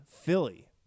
Philly